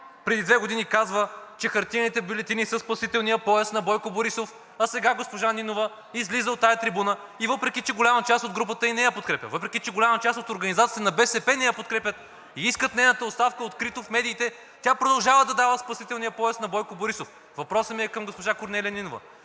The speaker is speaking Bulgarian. преди две години казва, че хартиените бюлетини са спасителният пояс на Бойко Борисов, а сега госпожа Нинова излиза от тази трибуна и въпреки че голяма част от групата ѝ не я подкрепя, въпреки че голяма част от организациите на БСП не я подкрепят и искат нейната оставка открито в медиите, тя продължава да дава спасителния пояс на Бойко Борисов? Въпросът ми е към госпожа Корнелия Нинова.